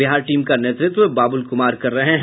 Bihar team का नेतृत्व बाबुल कुमार कर रहे हैं